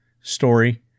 story